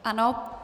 Ano?